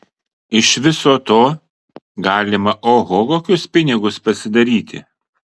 iš viso to galima oho kokius pinigus pasidaryti